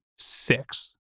six